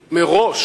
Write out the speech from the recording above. שמכריזים מראש